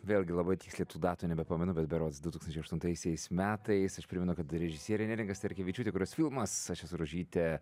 vėlgi labai tiksliai datų nebepamenu bet berods du tūkstančiai aštuntaisiais metais aš primenu kad režisierė neringa starkevičiūtė kurios filmas aš esu rožytė